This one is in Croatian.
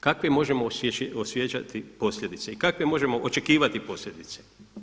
Kakve možemo osjećati posljedice i kakve možemo očekivati posljedice?